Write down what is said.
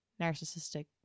narcissistic